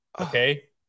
Okay